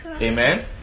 Amen